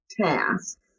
task